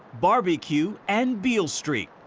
barbecue, and beale street.